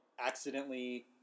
accidentally